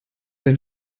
wenn